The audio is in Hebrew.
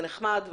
זה נחמד,